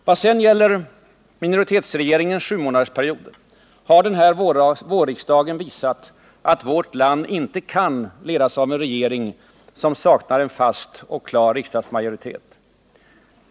Vad sedan gäller minoritetsregeringens sjumånadersperiod, har denna vårriksdag visat att vårt land inte kan ledas av en regering som saknar en fast och klar riksdagsmajoritet.